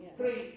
Three